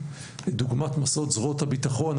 דוגמת מסעות זרועות היבטחון,